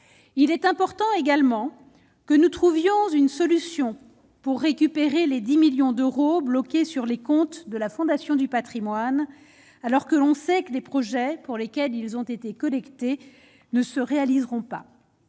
il est important également que nous trouvions une solution pour récupérer les 10 millions d'euros bloqués sur les comptes de la Fondation du Patrimoine, alors que l'on sait que les projets pour lesquels ils ont été collectés ne se réaliseront pas,